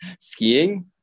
skiing